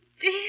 dear